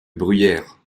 bruyères